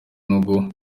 nubwo